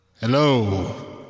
Hello